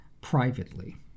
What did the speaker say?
privately